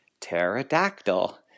Pterodactyl